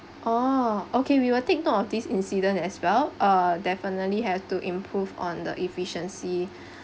oh okay we will take note of this incident as well uh definitely have to improve on the efficiency